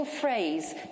phrase